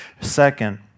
Second